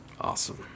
Awesome